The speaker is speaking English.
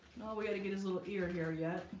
we gotta get his little ear here yet.